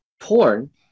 porn